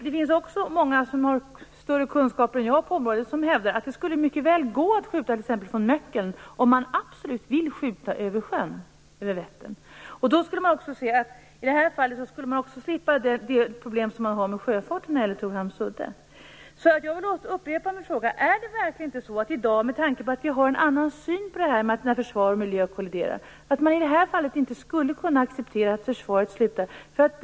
Dessutom hävdar många som har större kunskaper på området än jag att det mycket väl skulle gå att skjuta över t.ex. Möckeln eller Vättern, om man absolut vill skjuta över sjön. I de fallen skulle man också slippa det problem som man vid Torhamns udde har med sjöfarten. Jag vill upprepa min fråga: Skulle man inte i det här fallet, med tanke på att vi i dag har en annan syn på kollisioner mellan försvar och miljö, kunna acceptera att försvaret flyttar verksamheten?